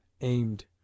aimed